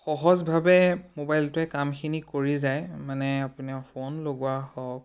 সহজভাৱে মোবাইলটোৱে কামখিনি কৰি যায় মানে আপুনি ফোন লগোৱা হওক